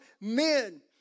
men